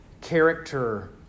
character